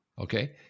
Okay